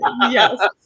Yes